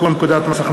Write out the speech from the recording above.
פ/1672/19,